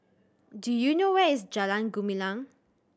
do you know where is Jalan Gumilang